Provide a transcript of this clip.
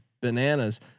bananas